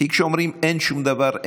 כי כשאומרים אין שום דבר,